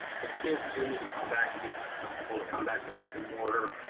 cause kids do need to come back to be comfortable to come back to brick and mortar.